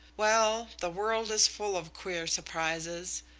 well, the world is full of queer surprises,